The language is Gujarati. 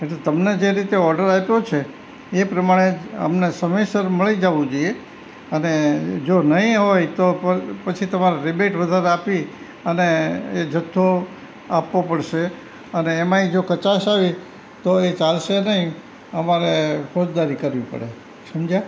તમને જે રીતે ઓર્ડર આઈપો છે એ પ્રમાણેજ અમને સમયસર મળી જવું જોઈએ અને જો નઈ હોય તો પણ પછી તમારે રિબેટ વધારે આપી અને એ જથ્થો આપવો પડશે અને એમાંય જો કચાસ આવી તો એ ચાલશે નઈ અમારે ફોજદારી કરવી પડે સમજ્યા